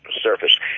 surface